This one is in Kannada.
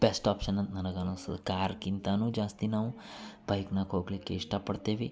ಬೆಸ್ಟ್ ಆಪ್ಷನ್ ಅಂತ ನನಗೆ ಅನಿಸ್ತದ ಕಾರ್ಕ್ಕಿಂತಾನು ಜಾಸ್ತಿ ನಾವು ಬೈಕ್ನಾಗ ಹೋಗಲಿಕ್ಕೆ ಇಷ್ಟಪಡ್ತೇವಿ